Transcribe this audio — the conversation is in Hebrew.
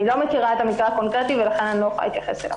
אני לא מכירה את המקרה הקונקרטי ולכן אני לא יכולה להתייחס אליו.